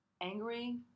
angry